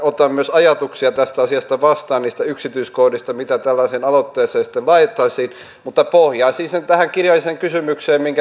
otan myös vastaan ajatuksia tästä asiasta niistä yksityiskohdista mitä tällaiseen aloitteeseen laitettaisiin mutta pohjaisin sen tähän kirjalliseen kysymykseen minkä tein